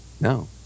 No